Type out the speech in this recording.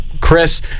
Chris